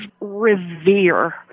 Revere